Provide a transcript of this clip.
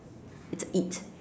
it's it